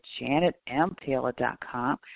JanetMTaylor.com